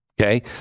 okay